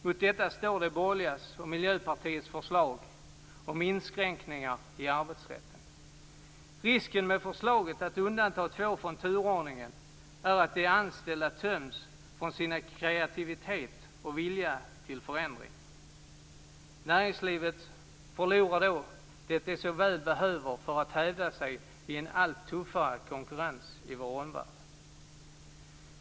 Mot detta står de borgerligas och Miljöpartiets förslag om inskränkningar i arbetsrätten. Risken med förslaget att undanta två från turordningen är att de anställda töms från sin kreativitet och vilja till förändring. Näringslivet förlorar då det som det så väl behöver för att hävda sig i en allt tuffare konkurrens i vår omvärld.